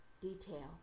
detail